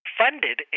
funded